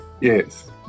Yes